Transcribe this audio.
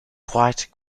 quite